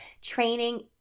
training